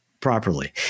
properly